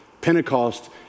Pentecost